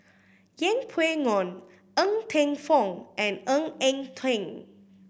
Yeng Pway Ngon Ng Teng Fong and Ng Eng Teng